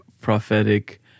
prophetic